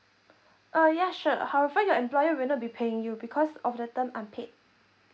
uh ya sure however your employee will not be paying you because of the term unpaid